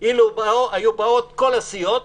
אילו היו באות כול הסיעות